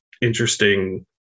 interesting